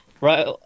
right